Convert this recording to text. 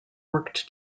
worked